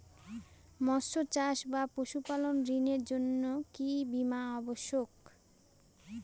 মৎস্য চাষ বা পশুপালন ঋণের জন্য কি বীমা অবশ্যক?